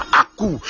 aku